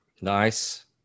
Nice